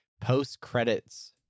post-credits